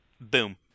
Boom